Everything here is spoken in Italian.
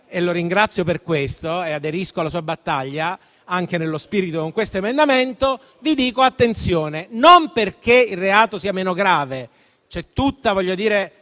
lo ringrazio per questo e aderisco alla sua battaglia e nello spirito con questo emendamento. Vi dico attenzione, e non perché il reato sia meno grave. C'è tutta l'attenzione